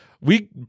We-